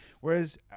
Whereas